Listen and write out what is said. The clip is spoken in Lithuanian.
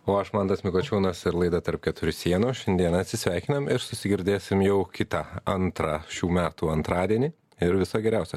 o aš mantas mikočiūnas ir laida tarp keturių sienų šiandien atsisveikinam ir susigirdėsim jau kitą antrą šių metų antradienį ir viso geriausio